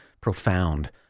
profound